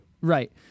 right